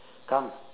come